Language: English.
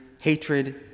hatred